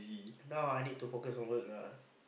now I need to focus on work lah